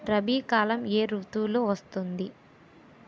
రబీ కాలం ఏ ఋతువులో వస్తుంది?